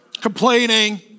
Complaining